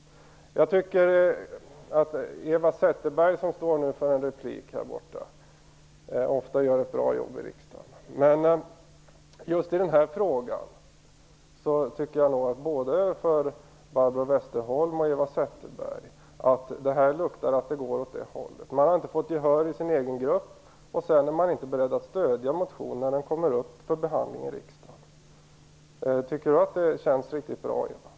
Eva Zetterberg gör ofta ett bra jobb i riksdagen. Men just i denna fråga tycker jag nog, Eva Zetterberg och Barbro Westerholm, att det luktar att det går åt nämnda håll. Man får inte gehör i den egna gruppen, och sedan är man inte beredd att stödja motionen när denna kommer upp till behandling i riksdagen. Känns det riktigt bra, Eva Zetterberg?